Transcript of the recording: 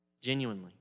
Genuinely